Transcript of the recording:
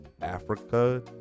Africa